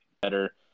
better